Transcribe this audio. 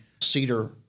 cedar